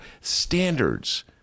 standards